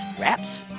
wraps